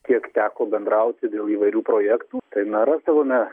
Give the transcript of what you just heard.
kiek teko bendrauti dėl įvairių projektų tai na rasdavome